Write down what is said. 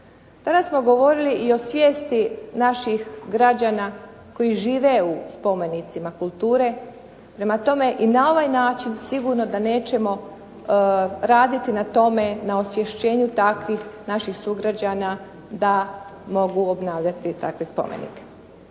Danas smo govorili i o svijesti naših građana koji žive u spomenicima kulture, prema tome i na ovaj način sigurno da nećemo raditi na tome, na osvješćenju takvih naših sugrađana da mogu obnavljati takve spomenike.